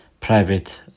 Private